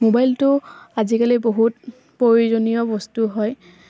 মোবাইলটো আজিকালি বহুত প্ৰয়োজনীয় বস্তু হয়